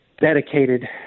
dedicated